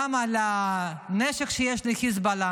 גם על הנשק שיש לחיזבאללה.